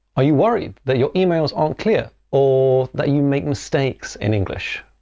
are you worried that your emails aren't clear, or that you make mistakes in english?